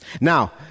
Now